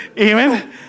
amen